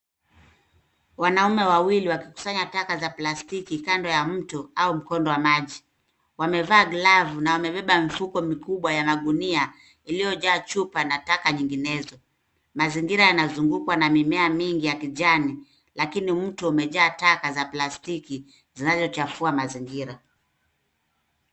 Wanaume wawili wakikusanya taka za plastiki kando ya mto au mkondo wa maji. Wamevaa glavu na wamebeba mfuko mikubwa ya magunia iliyojaa chupa na taka nyinginezo. Mazingira yanazungukwa na mimea mingi ya kijani lakini mto umejaa taka za plastiki zinazochafua mazingira.